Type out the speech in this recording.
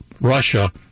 Russia